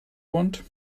want